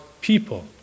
people